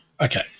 Okay